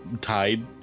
tied